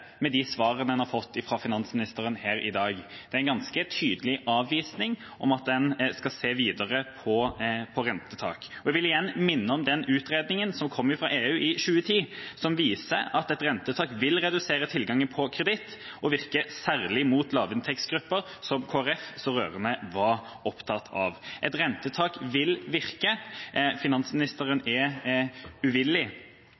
med de svarene en har fått fra finansministeren her i dag. Det er en ganske tydelig avvisning av at en skal se videre på rentetak. Jeg vil igjen minne om den utredningen som kom fra EU i 2010, som viser at et rentetak vil redusere tilgangen på kreditt og særlig virke mot lavinntektsgrupper, som Kristelig Folkeparti så rørende var opptatt av. Et rentetak vil virke, men finansministeren